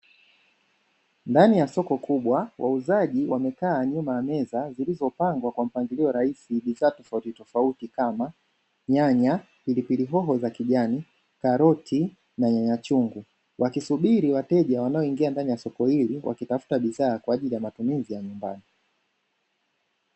Ndani ya soko kubwa, wauzaji wamekaa nyuma ya meza zilizopangwa kwa mpangilio rahisi wa bidhaa tofauti tofauti kama nyanya, pilipili hoho za kijani, karoti pamoja na nyanya chungu wakisubiri wateja wanaoingia ndani ya soko hili wakitafuta bidhaa kwa ajili ya matumizi ya nyumbani.